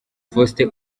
faustin